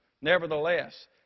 Nevertheless